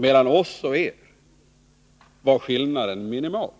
Mellan oss och er var skillnaden minimal.